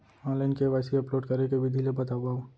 Online KYC upload करे के विधि ला बतावव?